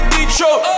Detroit